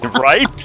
right